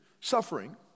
Suffering